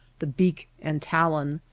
the beak and talon,